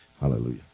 Hallelujah